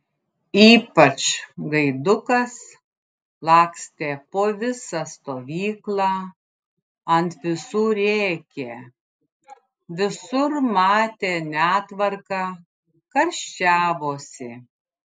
ypač gaidukas lakstė po visą stovyklą ant visų rėkė visur matė netvarką karščiavosi